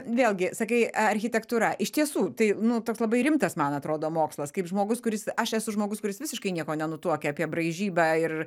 vėlgi sakai architektūra iš tiesų tai nu toks labai rimtas man atrodo mokslas kaip žmogus kuris aš esu žmogus kuris visiškai nieko nenutuokia apie braižybą ir